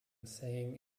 singing